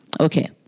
Okay